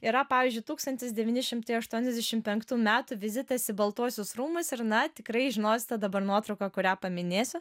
yra pavyzdžiui tūkstantis devyni šimtai aštuoniasdešim penktų metų vizitas į baltuosius rūmus ir na tikrai žinosite dabar nuotrauką kurią paminėsiu